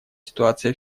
ситуация